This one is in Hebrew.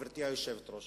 גברתי היושבת-ראש.